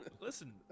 listen